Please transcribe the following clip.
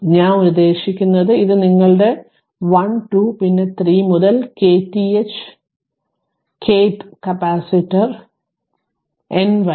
ഞാൻ ഉദ്ദേശിക്കുന്നത് ഇത് നിങ്ങളുടെ 1 2 പിന്നെ 3 മുതൽ kth കപ്പാസിറ്റർ n വരെ